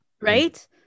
Right